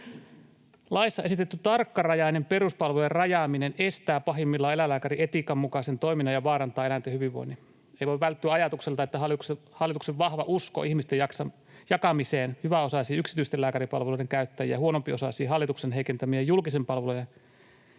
Laissa esitetty tarkkarajainen peruspalvelujen rajaaminen estää pahimmillaan eläinlääkärietiikan mukaisen toiminnan ja vaarantaa eläinten hyvinvoinnin. Ei voi välttyä ajatukselta, että hallituksen vahva usko ihmisten jakamiseen hyväosaisiin yksityisten lääkäripalveluiden käyttäjiin ja huonompiosaisiin hallituksen heikentämien julkisten palvelujen käyttäjiin